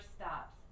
stops